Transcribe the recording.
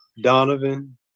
Donovan